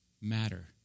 matter